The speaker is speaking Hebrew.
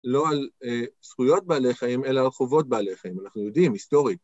לא על זכויות בעלי חיים, אלא על חובות בעלי חיים, אנחנו יודעים, היסטורית.